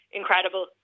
incredible